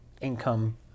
income